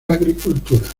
agricultura